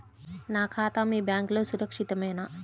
నా ఖాతా మీ బ్యాంక్లో సురక్షితమేనా?